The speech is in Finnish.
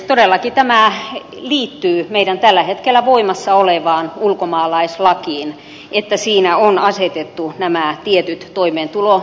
todellakin tämä liittyy tällä hetkellä voimassa olevaan ulkomaalaislakiin että siinä on asetettu nämä tietyt toimeentuloedellytykset